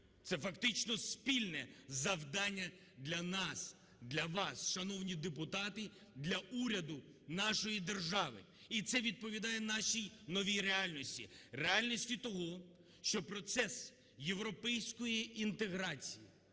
Це фактично спільне завдання для нас, для вас, шановні депутати, для уряду нашої держави. І це відповідає нашій новій реальності – реальності того, що процес європейської інтеграції